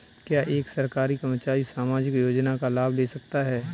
क्या एक सरकारी कर्मचारी सामाजिक योजना का लाभ ले सकता है?